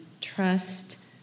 trust